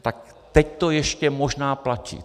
Tak teď to ještě možná platí.